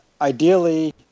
ideally